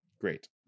great